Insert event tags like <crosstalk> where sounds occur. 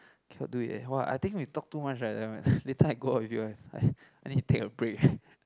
cannot do it eh !wah! I think we talk too much right damn it later I go out with you I <breath> I need to take a break